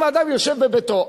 אם אדם יושב בביתו,